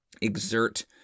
Exert